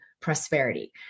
prosperity